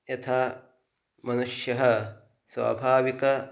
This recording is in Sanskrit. यथा मनुष्यः स्वाभाविकः